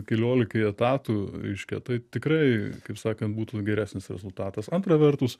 keliolikai etatų reiškia tai tikrai kaip sakant būtų geresnis rezultatas antra vertus